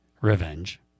revenge